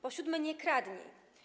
Po siódme, nie kradnij.